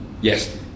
Yes